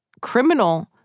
criminal